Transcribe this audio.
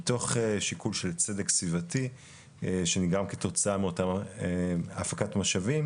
מתוך שיקול של צדק סביבתי שנגרם כתוצאה מאותם הפקת משאבים